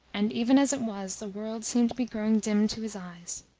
and even as it was, the world seemed to be growing dim to his eyes.